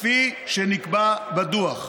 כפי שנקבע בדוח.